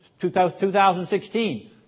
2016